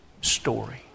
story